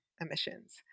emissions